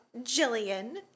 Jillian